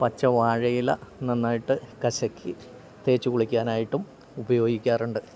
പച്ച വാഴയില നന്നായിട്ടു കശക്കി തേച്ചുകുളിക്കാനായിട്ടും ഉപയോഗിക്കാറുണ്ട്